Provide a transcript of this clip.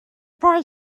boy